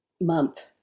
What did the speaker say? month